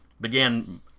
began